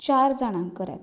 चार जाणांक करात